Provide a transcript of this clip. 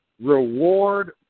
reward